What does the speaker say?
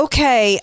Okay